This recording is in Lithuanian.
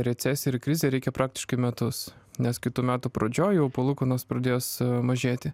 recesiją ir krizę reikia praktiškai metus nes kitų metų pradžioj palūkanos pradės mažėti